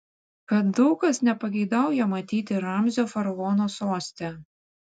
kad daug kas nepageidauja matyti ramzio faraono soste